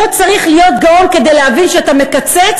לא צריך להיות גאון כדי להבין שאתה מקצץ,